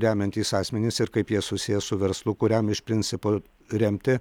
remiantys asmenys ir kaip jie susiję su verslu kuriam iš principo remti